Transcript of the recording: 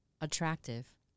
attractive